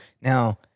Now